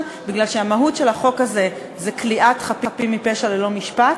מפני שהמהות של החוק הזה היא כליאת חפים מפשע ללא משפט.